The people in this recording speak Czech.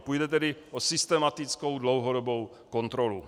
Půjde tedy o systematickou dlouhodobou kontrolu.